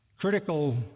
critical